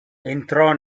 entrò